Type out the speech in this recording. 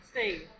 Steve